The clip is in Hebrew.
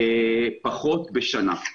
פחות בשנה.